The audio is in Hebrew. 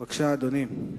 בבקשה, אדוני.